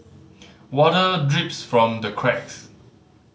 water drips from the cracks